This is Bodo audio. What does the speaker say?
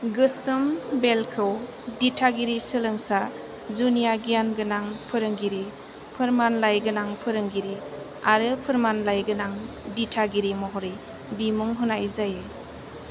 गोसोम बेल्टखौ दिथागिरि सोलोंसा जुनिया गियान गोनां फोरोंगिरि फोरमानलाय गोनां फोरोंगिरि आरो फोरमानलाय गोनां दिथागिरि महरै बिमुं होनाय जायो